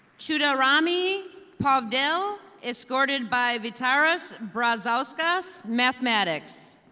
shudo rami pogdell, escorted by vytaras brazauskas, mathematics.